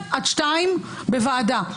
מ-12:00 עד 14:00 בוועדה.